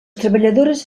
treballadores